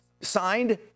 signed